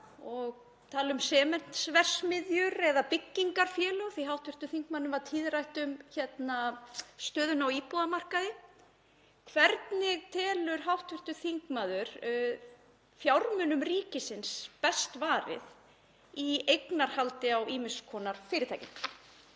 og tala um sementsverksmiðjur eða byggingarfélög því að hv. þingmanni varð tíðrætt um stöðuna á íbúðamarkaði? Hvernig telur hv. þingmaður fjármunum ríkisins best varið í eignarhaldi á ýmiss konar fyrirtækjum?